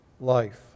life